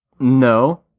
No